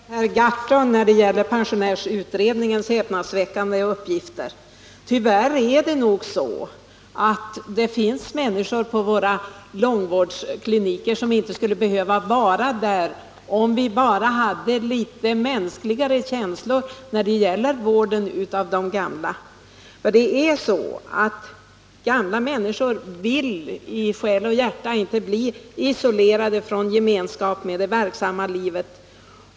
Herr talman! Jag är förekommen av Per Gahrton när det gäller pensionärsutredningens häpnadsväckande uppgifter. Tyvärr är det nog så att det finns människor på våra långvårdskliniker som inte skulle behöva vara där, om vi bara hade litet mänskligare känslor när det gäller vården av de gamla. Gamla människor vill i själ och hjärta inte bli isolerade från gemenskapen i det verksamma livet.